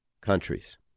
countries